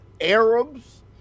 Arabs